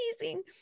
amazing